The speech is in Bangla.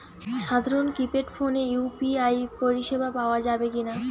সাধারণ কিপেড ফোনে ইউ.পি.আই পরিসেবা পাওয়া যাবে কিনা?